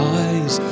eyes